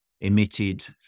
emitted